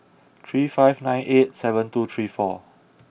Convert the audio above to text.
three five nine eight seven two three four